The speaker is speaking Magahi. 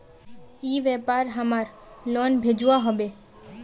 ई व्यापार हमार लोन भेजुआ हभे?